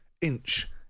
inch